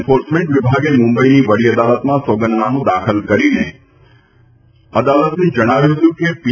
enforcement વિભાગે મુંબઇની વડી અદાલતમાં સોંગદનામું દાખલ કરીને અદાલતને જણાવ્યું હતું કે પી